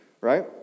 Right